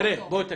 בוא תקשיב,